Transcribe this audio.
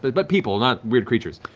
but but people, not weird creatures.